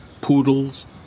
Poodles